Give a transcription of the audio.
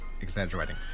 exaggerating